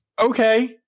Okay